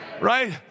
right